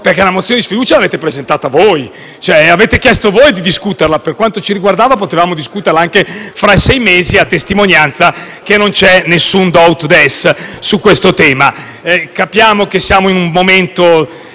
la mozione di sfiducia l'avete presentata voi; avete chiesto voi di discuterla, per quanto ci riguarda avremmo potuto discuterla anche fra sei mesi, a testimonianza che non c'è nessun *do ut des* sul tema. Capiamo che siamo in un momento